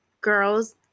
girls